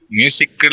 music